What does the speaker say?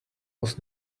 was